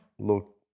Look